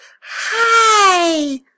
hi